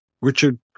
Richard